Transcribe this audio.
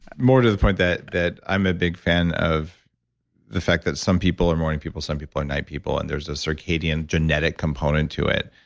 more to the point that that i'm a big fan of the fact that some people are morning people, some people are night people, and there's a circadian genetic component to it,